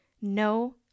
no